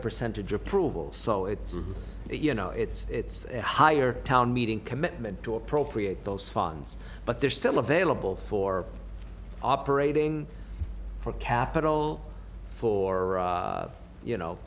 percentage approval so it's you know it's a higher town meeting commitment to appropriate those funds but they're still available for operating for capital for you know